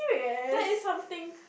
but it's something